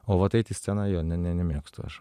o vat eit į sceną jo ne ne nemėgstu aš